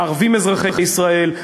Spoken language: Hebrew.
לערבים אזרחי ישראל,